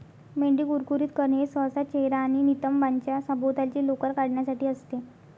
मेंढी कुरकुरीत करणे हे सहसा चेहरा आणि नितंबांच्या सभोवतालची लोकर काढण्यासाठी असते